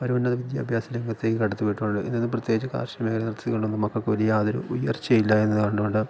അവർ ഉന്നത വിദ്യാഭ്യാസ രംഗത്തേക്ക് കടത്തിവിട്ടുകൊണ്ട് ഇതിൽ നിന്ന് പ്രത്യേകിച്ച് കാശ് നിലനിർത്തിക്കൊണ്ടൊന്നും മക്കൾക്കൊരു യാതൊരു ഉയർച്ച ഇല്ലായെന്ന് കണ്ടുകൊണ്ട്